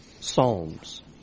Psalms